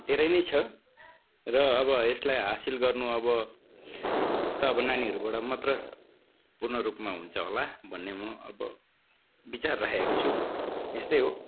धेरै नै छ र अब यसलाई हासिल गर्नु अब त अब नानीहरूबाट मात्र पूर्ण रूपमा हुन्छ होला भन्ने म अब विचार राखेको छु यस्तै हो